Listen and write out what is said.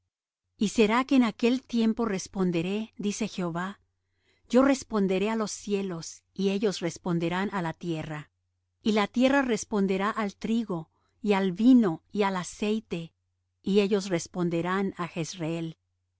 y será que en aquel tiempo responderé dice jehová yo responderé á los cielos y ellos responderán á la tierra y la tierra responderá al trigo y al vino y al aceite y ellos responderán á